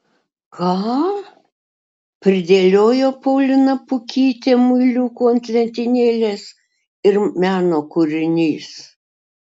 ką pridėliojo paulina pukytė muiliukų ant lentynėlės ir meno kūrinys